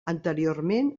anteriorment